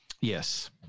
Yes